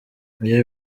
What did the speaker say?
iyo